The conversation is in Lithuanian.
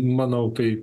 manau tai